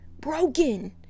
broken